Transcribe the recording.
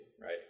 right